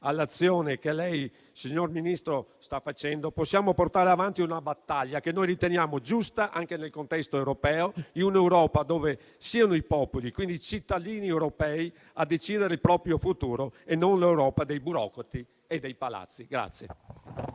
all'azione che lei, signor Ministro, sta facendo, che possiamo portare avanti una battaglia che noi riteniamo giusta anche nel contesto europeo, in un'Europa dove siano i popoli, quindi i cittadini europei, a decidere il proprio futuro e non l'Europa dei burocrati e dei Palazzi.